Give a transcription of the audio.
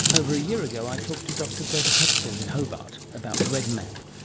over a year ago i talked to dr gretta pecl in hobart about redmap,